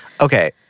Okay